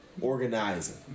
organizing